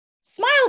smile